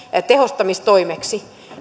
tehostamistoimiksi